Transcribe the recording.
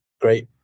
great